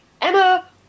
Emma